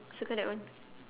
circle that one